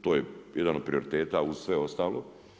to je jedan od prioriteta uz sve ostalo.